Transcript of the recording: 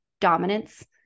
dominance